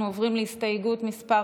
אנחנו עוברים להסתייגות מס'